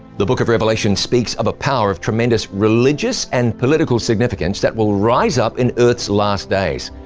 the book of revelation speaks of a power of tremendous religious and political significance that will rise up in earth's last days.